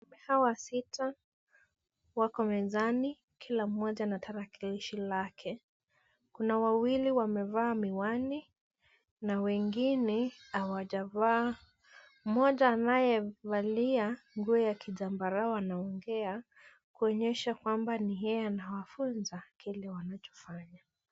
Waume hawa sita wako mezani. Kila mmoja na tarakilishi lake. Kuna wawili wamevaa miwani na wengine hawajavaa. Mmoja anayevalia nguo ya kizambarau anaongea, kuonyesha kwamba ni yeye anawafunza kile wanachofanya.